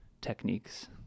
techniques